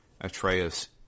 Atreus